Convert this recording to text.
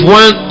one